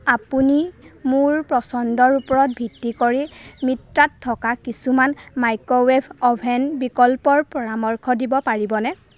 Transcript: আপুনি মোৰ পচন্দৰ ওপৰত ভিত্তি কৰি মিত্ৰাত থকা কিছুমান মাইক্ৰ'ৱে'ভ অভেন বিকল্পৰ পৰামৰ্শ দিব পাৰিবনে